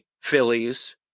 Phillies